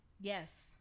Yes